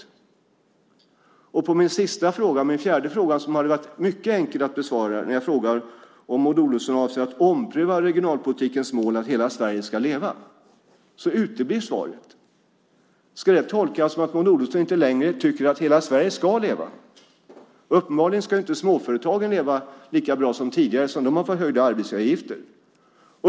På min fjärde och sista fråga, som det hade varit mycket enkelt att besvara, om Maud Olofsson avser att ompröva regionalpolitikens mål Hela Sverige ska leva, uteblir svaret. Ska jag tolka det som att Maud Olofsson inte längre tycker att hela Sverige ska leva? Uppenbarligen ska småföretagen inte leva lika bra som tidigare, så de får höga arbetsgivaravgifter.